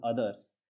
others